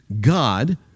God